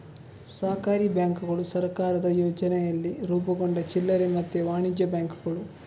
ಸಹಕಾರಿ ಬ್ಯಾಂಕುಗಳು ಸಹಕಾರದ ಯೋಚನೆಯಲ್ಲಿ ರೂಪುಗೊಂಡ ಚಿಲ್ಲರೆ ಮತ್ತೆ ವಾಣಿಜ್ಯ ಬ್ಯಾಂಕುಗಳು